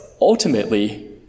ultimately